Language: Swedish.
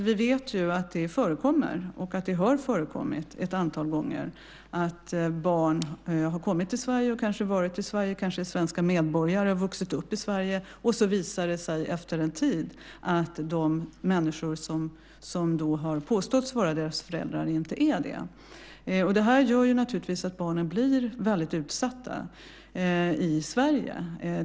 Vi vet att det förekommer och har förekommit ett antal gånger att barn har kommit till Sverige, har vuxit upp i Sverige, kanske är svenska medborgare, och sedan har det visat sig efter en tid att de människor som har påståtts vara deras föräldrar inte är det. Det gör att barnen blir utsatta i Sverige.